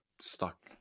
stuck